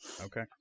Okay